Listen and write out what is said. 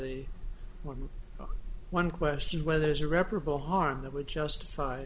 the more than one question whether there's a reparable harm that would justify